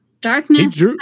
darkness